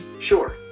Sure